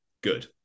good